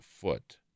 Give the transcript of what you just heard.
foot